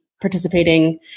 participating